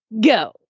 go